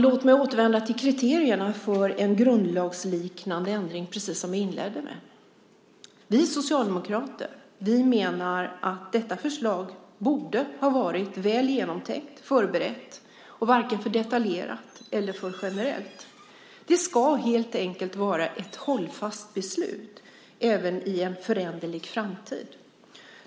Låt mig återvända till kriterierna för en grundlagsliknande ändring, precis det som jag inledde med. Vi socialdemokrater menar att detta förslag borde ha varit väl genomtänkt, förberett, varken för detaljerat eller för generellt. Det ska helt enkelt vara ett hållfast beslut även i en föränderlig framtid.